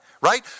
right